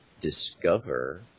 discover